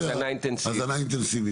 הזנה אינטנסיבית.